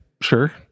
Sure